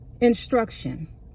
Instruction